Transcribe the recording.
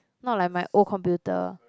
not like my old computer